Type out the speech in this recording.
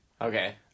Okay